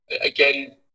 Again